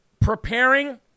preparing